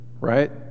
right